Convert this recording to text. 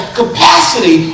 capacity